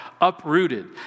uprooted